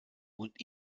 und